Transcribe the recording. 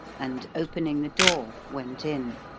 and, opening the door, went in.